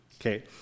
Okay